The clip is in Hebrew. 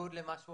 רואים בזה משהו